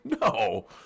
no